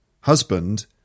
husband